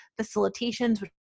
facilitations